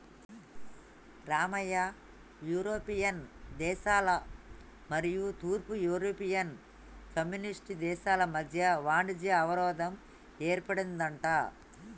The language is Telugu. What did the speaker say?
రామయ్య యూరోపియన్ దేశాల మరియు తూర్పు యూరోపియన్ కమ్యూనిస్ట్ దేశాల మధ్య వాణిజ్య అవరోధం ఏర్పడిందంట